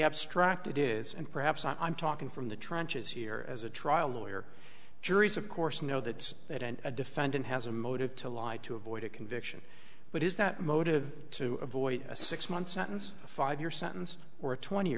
abstract it is and perhaps i'm talking from the trenches here as a trial lawyer juries of course know that that and a defendant has a motive to lie to avoid a conviction but is that motive to avoid a six month sentence a five year sentence or a twenty